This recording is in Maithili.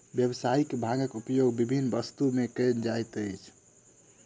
व्यावसायिक भांगक उपयोग विभिन्न वस्तु में कयल जाइत अछि